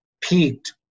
peaked